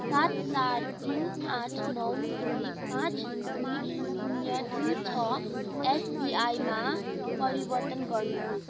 सात चार तिन आठ नौ दुई पाँच दुई शून्य दुई छ एस बी आईमा परिवर्तन गर्नुहोस्